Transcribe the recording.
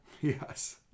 yes